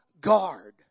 guard